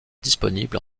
disponible